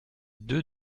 deux